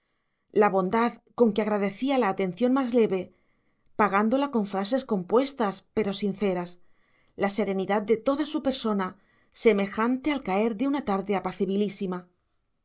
la bondad con que agradecía la atención más leve pagándola con frases compuestas pero sinceras la serenidad de toda su persona semejante al caer de una tarde apacibilísima parecíale